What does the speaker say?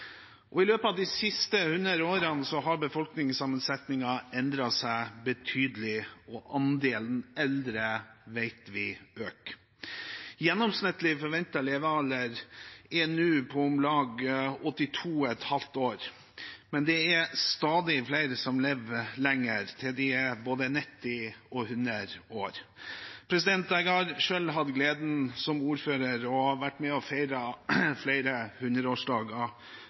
fungere. I løpet av de siste 100 årene har befolkningssammensetningen endret seg betydelig, og andelen eldre vet vi øker. Gjennomsnittlig forventet levealder er nå på om lag 82,5 år, men det er stadig flere som lever lenger, til de er både 90 og 100 år. Jeg har selv som ordfører hatt gleden av å være med på å feire flere